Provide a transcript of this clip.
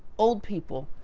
old people,